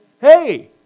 hey